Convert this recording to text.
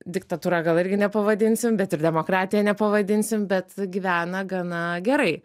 diktatūra gal irgi nepavadinsim bet ir demokratija nepavadinsim bet gyvena gana gerai